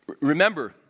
Remember